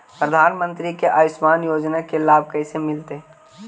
प्रधानमंत्री के आयुषमान योजना के लाभ कैसे मिलतै?